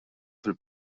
fil